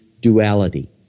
duality